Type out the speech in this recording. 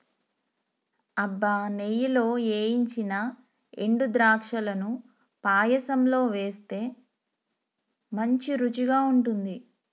అబ్బ నెయ్యిలో ఏయించిన ఎండు ద్రాక్షలను పాయసంలో వేస్తే మంచి రుచిగా ఉంటుంది